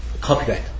copyright